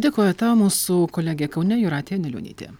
dėkojo tau mūsų kolegė kaune jūratė anilionytė